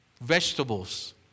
vegetables